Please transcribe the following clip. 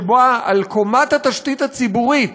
שבה על קומת התשתית הציבורית,